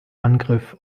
angriff